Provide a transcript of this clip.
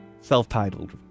Self-titled